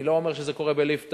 אני לא אומר שזה קורה בליפתא,